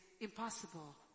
impossible